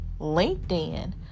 LinkedIn